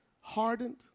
hardened